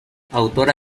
autora